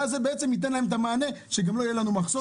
ואז זה גם ייתן לנו מענה בפני מחסור.